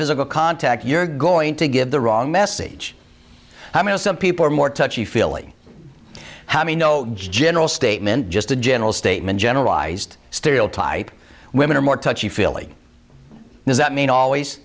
physical contact you're going to give the wrong message i mean some people are more touchy feely how do you know general statement just a general statement generalized stereotype women are more touchy feely does that mean always